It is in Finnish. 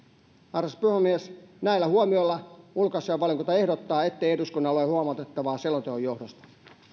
arvoisa puhemies näillä huomioilla ulkoasiainvaliokunta ehdottaa ettei eduskunnalla ole huomautettavaa selonteon johdosta